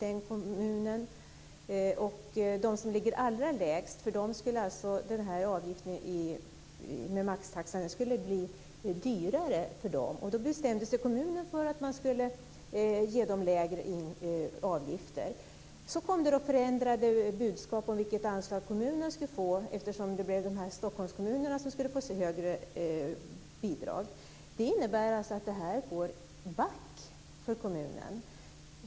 För dem som har allra lägst barnomsorgsavgift skulle maxtaxan innebära att det blir dyrare. Då bestämde sig kommunen för att ge dem lägre avgifter. Sedan kom det förändrade budskap om vilket anslag som kommunen skulle få, eftersom Stockholmskommunerna skulle få högre bidrag. Det innebär att detta går back för kommunen.